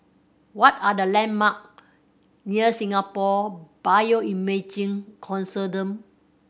what are the landmark near Singapore Bioimaging Consortium